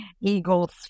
eagle's